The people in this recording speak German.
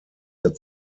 der